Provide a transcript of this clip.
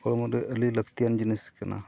ᱦᱚᱲᱢᱚ ᱨᱮ ᱟᱹᱰᱤ ᱞᱟᱹᱠᱛᱤᱭᱟᱱ ᱡᱤᱱᱤᱥ ᱠᱟᱱᱟ